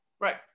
Right